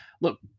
Look